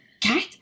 Cat